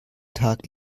tag